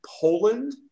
Poland